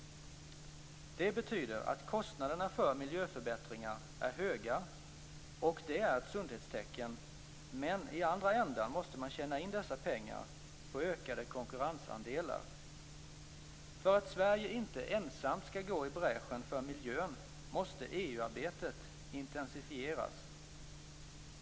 Kostnaderna för miljöförbättringar är höga - vilket är ett sundhetstecken - men i andra änden måste man tjäna in dessa pengar på ökade konkurrensandelar. För att Sverige inte ensamt skall gå i bräschen för miljön måste EU-arbetet intensifieras.